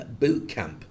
Bootcamp